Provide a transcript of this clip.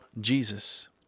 Jesus